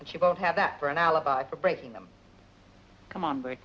that you don't have that for an alibi for breaking them come on b